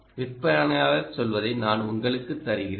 விற்பனையாளர் சொல்வதை நான் உங்களுக்கு தருகிறேன்